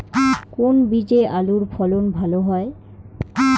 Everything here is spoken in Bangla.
কোন বীজে আলুর ফলন ভালো হয়?